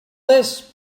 this